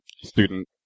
student